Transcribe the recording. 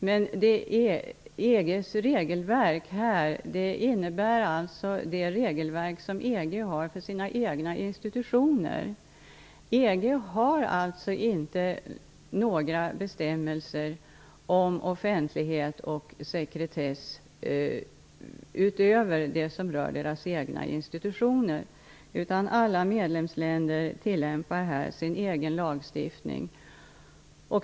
I det här fallet är det fråga om det regelverk som EG har för sina egna institutioner. EG har alltså inte några bestämmelser om offentlighet och sekretess utöver dem som rör deras egna institutioner. Alla medlemsländer tillämpar sin egen lagstiftning.